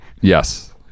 yes